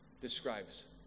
describes